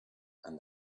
and